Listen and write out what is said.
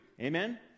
Amen